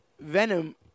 Venom